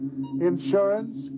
Insurance